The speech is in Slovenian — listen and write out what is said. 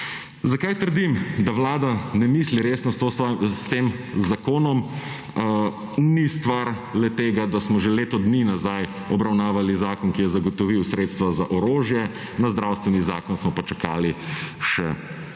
Zakaj trdim, da Vlada ne misli resno s tem zakonom, ni stvar le tega, da smo že leto dni nazaj obravnavali zakon, ki je zagotovil sredstva za orožje, na zdravstveni zakon smo pa čakali še